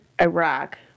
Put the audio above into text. Iraq